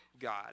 God